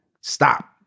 stop